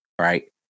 right